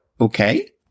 okay